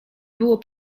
było